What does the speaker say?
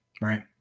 Right